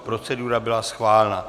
Procedura byla schválena.